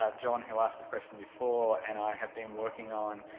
ah john, who asked a question before, and i have been working on